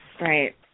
Right